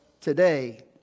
today